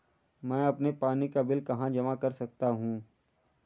मैं अपने पानी का बिल कहाँ जमा कर सकता हूँ?